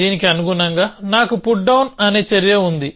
దీనికి అనుగుణంగా నాకు పుట్ డౌన్ అనే చర్య ఉంది